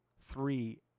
three